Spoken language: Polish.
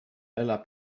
ela